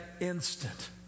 instant